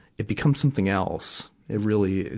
it becomes something else. it really,